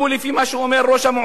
לפי מה שאומר ראש המועצה,